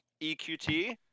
EQT